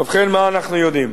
ובכן, מה אנחנו יודעים